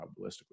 probabilistically